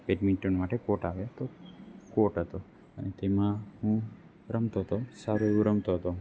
badminton માટે court આવે તો કોર્ટ હતો અને તેમાં હું રમતો તો સારું એવું રમતો તો